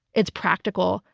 it's practical,